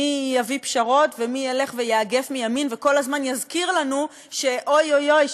מי יביא פשרות ומי ילך ויאגף מימין וכל הזמן יזכיר לנו שאוי אוי אוי,